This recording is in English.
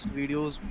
videos